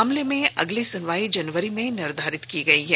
मामले में अगली सुनवाई जनवरी में निर्धारित की गई है